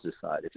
decide